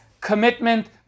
commitment